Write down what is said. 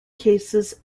cases